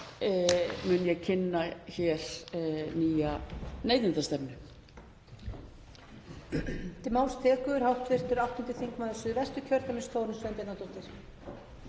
mun ég kynna hér neytendastefnu.